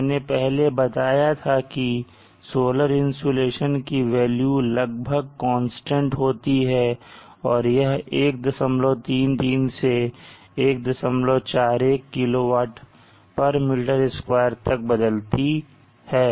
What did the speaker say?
मैंने पहले बताया था कि सोलर इंसुलेशन की वेल्यू लगभग कांस्टेंट होती है और यह 133 से 141 kWm2 तक बदलती है